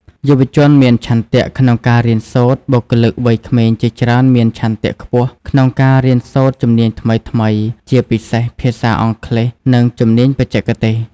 យុវជនមានឆន្ទៈក្នុងការរៀនសូត្រ បុគ្គលិកវ័យក្មេងជាច្រើនមានឆន្ទៈខ្ពស់ក្នុងការរៀនសូត្រជំនាញថ្មីៗ ជាពិសេសភាសាអង់គ្លេស និងជំនាញបច្ចេកទេស។